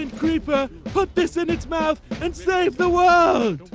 and creeper put this in its mouth and save the world!